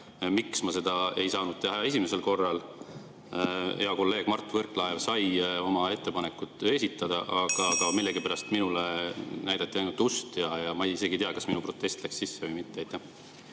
miks ma seda ei saanud teha esimesel korral. Hea kolleeg Mart Võrklaev sai oma ettepanekud esitada, aga millegipärast minule näidati ainult ust ja ma isegi ei tea, kas minu protest läks sisse või mitte.